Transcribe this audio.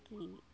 কি